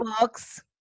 books